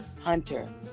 Hunter